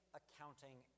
accounting